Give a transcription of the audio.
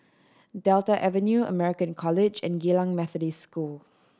Delta Avenue American College and Geylang Methodist School